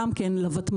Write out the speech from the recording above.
גם כן ל-ותמ"ל.